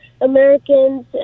Americans